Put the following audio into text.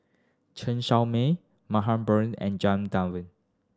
Chen Show Mao Mariam Baharom and Janadas Devan